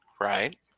Right